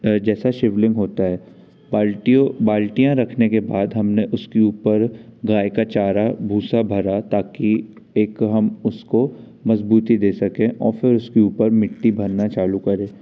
जैसा शिवलिंग होता है बाल्टियों बाल्टियाँ रखने के बाद हमने उसके ऊपर गाय का चारा भूसा भरा ताकि एक हम उसको मजबूती दे सके और फिर उसके ऊपर मिट्टी भरना चालू करे